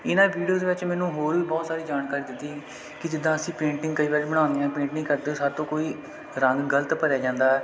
ਇਹਨਾਂ ਵੀਡੀਓਜ਼ ਦੇ ਵਿੱਚ ਮੈਨੂੰ ਹੋਰ ਵੀ ਬਹੁਤ ਸਾਰੀ ਜਾਣਕਾਰੀ ਦਿੱਤੀ ਕਿ ਜਿੱਦਾਂ ਅਸੀਂ ਪੇਂਟਿੰਗ ਕਈ ਵਾਰੀ ਬਣਾਉਂਦੇ ਹਾਂ ਪੇਂਟਿੰਗ ਕਰਦੇ ਸਾਡੇ ਤੋਂ ਕੋਈ ਰੰਗ ਗਲਤ ਭਰਿਆ ਜਾਂਦਾ ਆ